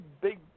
big